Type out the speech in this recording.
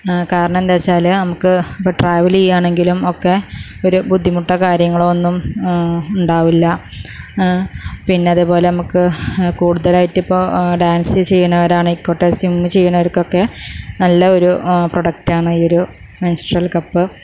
കാരണം എന്താന്ന് വെച്ചാല് നമുക്ക് ഇപ്പം ട്രാവല് ചെയ്യുകയാണെങ്കിലും ഒക്കെ ഒരു ബുദ്ധിമുട്ടൊ കാര്യങ്ങളോ ഒന്നും ഉണ്ടാവില്ല പിന്നെ അതേപോലെ നമുക്ക് കൂടുതലായിട്ട് ഇപ്പോൾ ഡാൻസ് ചെയ്യുന്നവര് ആണേൽ ആയിക്കോട്ടെ സിമ്മ് ചെയ്യുന്നവര് അവർക്കൊക്കെ നല്ല ഒരു പ്രൊഡക്ട് ആണ് ഈ ഒരു മെൻസ്ട്രൽ കപ്പ്